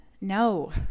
No